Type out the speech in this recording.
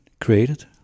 created